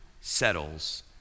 settles